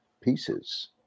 pieces